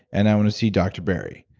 and i want to see dr. barry.